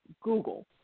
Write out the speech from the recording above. Google